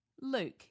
Luke